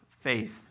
faith